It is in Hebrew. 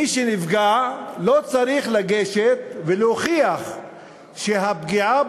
מי שנפגע לא צריך לגשת ולהוכיח שהפגיעה